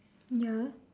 ya